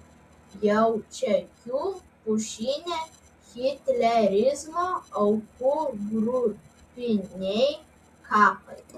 jaučakių pušyne hitlerizmo aukų grupiniai kapai